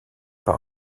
par